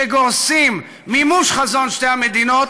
שגורסים מימוש את חזון שתי המדינות.